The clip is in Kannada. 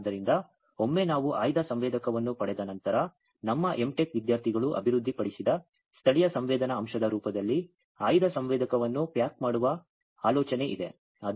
ಆದ್ದರಿಂದ ಒಮ್ಮೆ ನಾವು ಆಯ್ದ ಸಂವೇದಕವನ್ನು ಪಡೆದ ನಂತರ ನಮ್ಮ ಎಂ ಟೆಕ್ ವಿದ್ಯಾರ್ಥಿಗಳು ಅಭಿವೃದ್ಧಿಪಡಿಸಿದ ಸ್ಥಳೀಯ ಸಂವೇದನಾ ಅಂಶದ ರೂಪದಲ್ಲಿ ಆಯ್ದ ಸಂವೇದಕವನ್ನು ಪ್ಯಾಕ್ ಮಾಡುವ ಆಲೋಚನೆಯಿದೆ